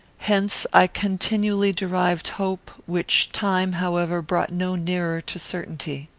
hence i continually derived hope, which time, however, brought no nearer to certainty.